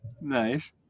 Nice